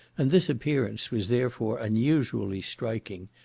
and this appearance was, therefore, unusually striking,